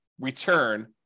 return